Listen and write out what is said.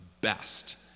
best